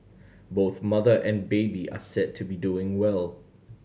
both mother and baby are said to be doing well